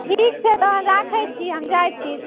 ठीक छै तहन राखै छी हम जाइ छी